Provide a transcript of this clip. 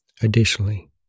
Additionally